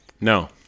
No